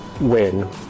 win